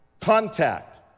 Contact